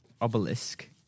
obelisk